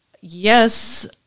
yes